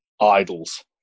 idols